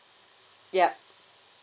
yup